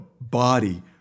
body